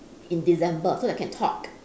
in december so that I can talk